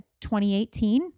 2018